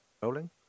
Rolling